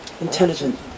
intelligent